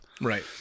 right